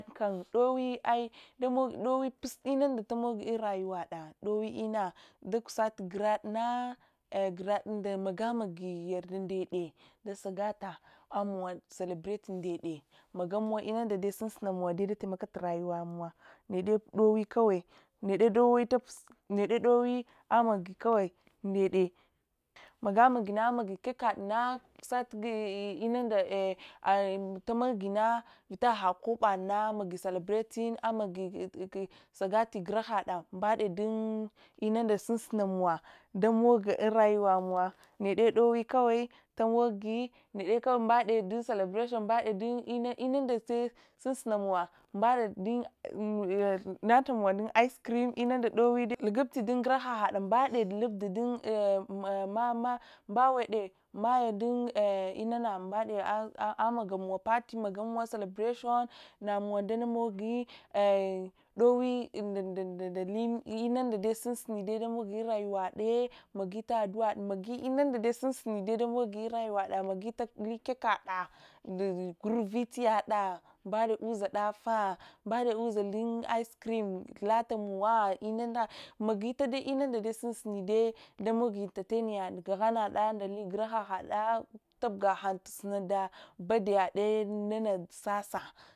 Dowi ai dowi-inunda dapusi rayuwada dowi-inunda dakusaguradna guradmaga magitu rad ndeche dasa. Gata amuwad celebrating nedche magayuntu inunɗa sunsunayun dataimak rayuwamowa nede dowi kawai nede dowi nede amagikawai, magamagi amagaya kakadna husatu inunda ɗamogi amagi celebrating amagai sagata gurahada dun’inunda sunsunammowa moga unrayuwamowa nede dowi kawai tamogi nedekawai mbad dun celebrating inunda sunsunamowa, mbade dun oete brawon, niche mbaɗe inunda sunsunamowa mbade dwi lakamowa dun ice cream munda dowin lungupti dungurahada mbade inngupta, bawede dun inana niagawun party magayun celebration dow nunda sunsuni damogiyo unrayuwade magitu aɗɗu’ aɗ mogibu ununde sunsuni damogi rayuwada magikakade ghunvita yada, uzadaffah, mbade awamnuzavice cream lata mun vaya inana mogintinunda damog emertain yadda ndad gurahadd tubgahade tusuneta had birthday yadde sadsa.